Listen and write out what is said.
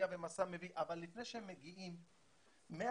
מביאה ו'מסע' מביא,